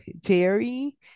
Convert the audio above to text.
dairy